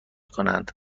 کنند